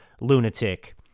lunatic